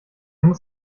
muss